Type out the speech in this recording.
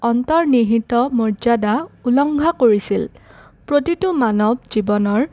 অন্তৰ্নিহিত মৰ্যাদা উলংঘা কৰিছিল প্ৰতিটো মানৱ জীৱনৰ